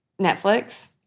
Netflix